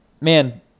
man